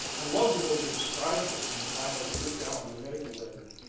i loved the way they described this when they finally put it down on my medical record.